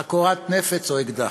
חגורת נפץ או אקדח.